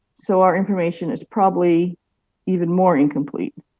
so our information is probably even more incomplete.